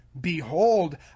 Behold